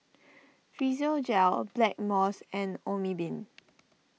Physiogel Blackmores and Obimin